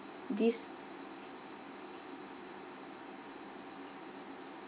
this